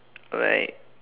alright